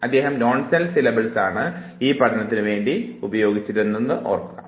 അദ്ദേഹം nonsense syllables ആണ് ഈ പഠനത്തിനു വേണ്ടി ഉപയോഗിച്ചിരുന്നത് എന്ന് ഓർക്കുക